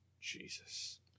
Jesus